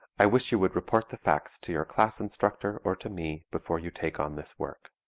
i wish you would report the facts to your class instructor or to me before you take on this work.